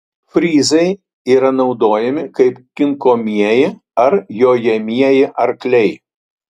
fryzai yra naudojami kaip kinkomieji ar jojamieji arkliai